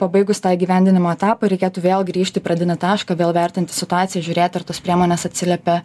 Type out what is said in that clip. pabaigus tą įgyvendinimo etapą reikėtų vėl grįžti į pradinį tašką vėl vertinti situaciją žiūrėti ar tos priemonės atsiliepia